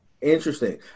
interesting